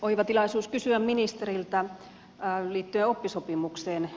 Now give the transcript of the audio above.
oiva tilaisuus kysyä ministeriltä liittyen oppisopimukseen